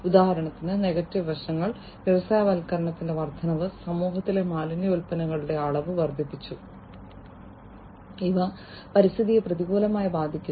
ഉദാഹരണത്തിന് നെഗറ്റീവ് വശങ്ങൾ വ്യവസായവൽക്കരണത്തിന്റെ വർദ്ധനവ് സമൂഹത്തിലെ മാലിന്യ ഉൽപന്നങ്ങളുടെ അളവ് വർദ്ധിപ്പിച്ചു ഇവ പരിസ്ഥിതിയെ പ്രതികൂലമായി ബാധിക്കുന്നു